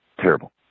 terrible